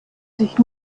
sich